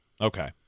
Okay